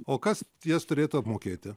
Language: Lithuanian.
o kas jas turėtų apmokėti